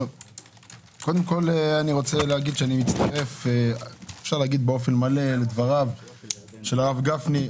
קודם כל, אני מצטרף באופן מלא לדברי הרב גפני.